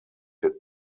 did